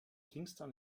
kingstown